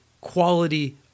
quality